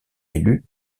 élu